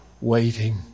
waiting